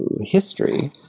history